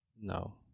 No